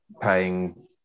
paying